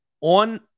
on